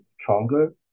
stronger